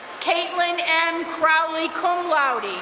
caitlin m. crowley, cum laude